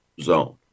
zone